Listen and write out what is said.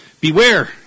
Beware